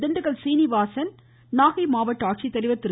திண்டுக்கல் சீனிவாசன் மாவட்ட ஆட்சித்தலைவர் திரு